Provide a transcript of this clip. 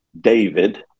David